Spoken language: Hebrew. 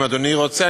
אם אדוני רוצה,